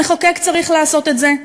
המחוקק צריך לעשות את זה.